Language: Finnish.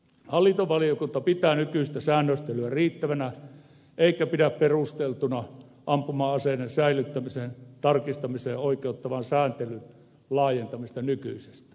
hallintovaliokunta pitää nykyistä sääntelyä riittävänä eikä pidä perusteltuna ampuma aseiden säilyttämisen tarkistamiseen oikeuttavan sääntelyn laajentamista nykyisestään ja hyvä näin